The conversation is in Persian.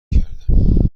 کردم